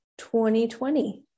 2020